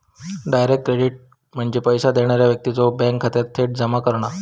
direct credit म्हणजे पैसो देणारा व्यक्तीच्यो बँक खात्यात थेट जमा करणा